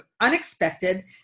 unexpected